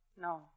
No